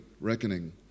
reckoning